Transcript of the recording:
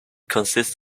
consists